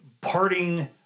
parting